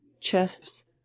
chests